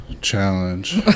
Challenge